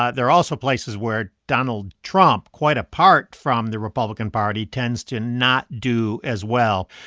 ah they're also places where donald trump, quite apart from the republican party, tends to not do as well,